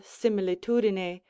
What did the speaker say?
similitudine